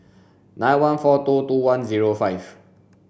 nine one four two two one zero five